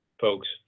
folks